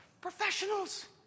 Professionals